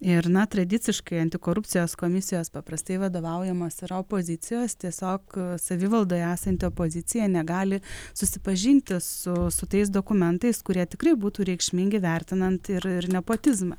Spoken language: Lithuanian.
ir na tradiciškai antikorupcijos komisijos paprastai vadovaujamos opozicijos tiesiog savivaldoje esanti opozicija negali susipažinti su su tais dokumentais kurie tikrai būtų reikšmingi vertinant ir nepotizmą